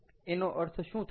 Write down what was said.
એનો અર્થ શું થાય છે